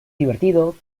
divertido